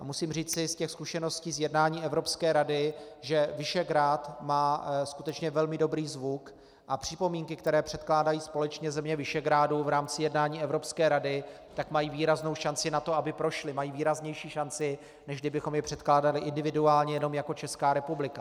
Musím říci ze zkušeností z jednání Evropské rady, že Visegrád má skutečně velmi dobrý zvuk a připomínky, které předkládají společně země Visegrádu v rámci jednání Evropské rady, mají výraznou šanci na to, aby prošly, mají výraznější šanci, než kdybychom je předkládali individuálně jenom jako Česká republika.